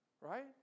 Right